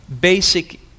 basic